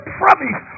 promise